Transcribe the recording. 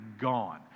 gone